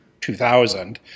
2000